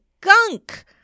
gunk